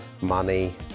money